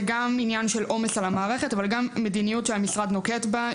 זה גם עניין של עומס על המערכת אבל גם מדיניות שהמשרד נוקט בה,